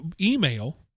Email